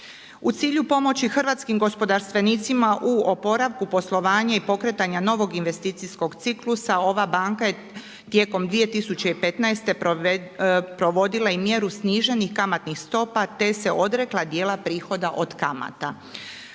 U cilju pomoći hrvatskim gospodarstvenicima u oporavku poslovanja i pokretanja novog investicijskog ciklusa ova banka je tijekom 2015. provodila i mjeru sniženih kamatnih stopa te se odrekla djela prihoda od kamata.